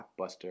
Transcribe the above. blockbuster